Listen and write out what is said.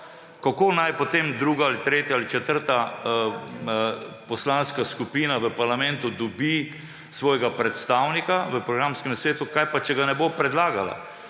Kako naj potem druga ali tretja ali četrta poslanska skupina v parlamentu dobi svojega predstavnika v programskem svetu? Kaj pa, če ga ne bo predlagala?